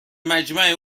مجمع